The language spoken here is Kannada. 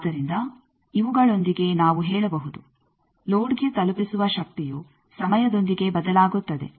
ಆದ್ದರಿಂದ ಇವುಗಳೊಂದಿಗೆ ನಾವು ಹೇಳಬಹುದು ಲೋಡ್ಗೆ ತಲುಪಿಸುವ ಶಕ್ತಿಯು ಸಮಯದೊಂದಿಗೆ ಬದಲಾಗುತ್ತದೆ